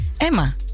emma